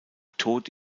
tod